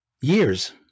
years